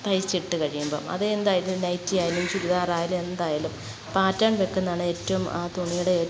തൈച്ചിട്ട് കഴിയുമ്പം അതെന്തായാലും നൈറ്റിയായാലും ചുരിദാറായാലും എന്തായാലും പാറ്റേൺ വെക്കുന്നതാണ് ഏറ്റും ആ തുണിയുടെ